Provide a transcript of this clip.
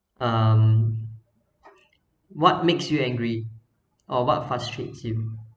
um what makes you angry or what frustrates you